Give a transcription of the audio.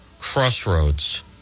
Crossroads